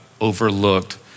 overlooked